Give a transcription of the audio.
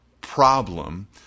problem